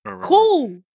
Cool